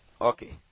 okay